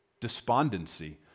despondency